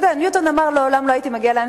ניוטון אמר: לעולם לא הייתי מגיע לאן